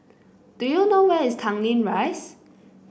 do you know where is Tanglin Rise